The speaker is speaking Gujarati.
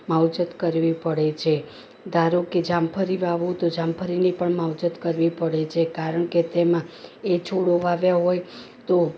માવજત કરવી પડે છે ધારો કે જામફળી વાવો તો જામફળીની પણ માવજત કરવી પડે છે કારણ કે તેમાં એ છોડો વાવ્યાં હોય તો